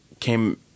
came